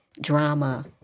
drama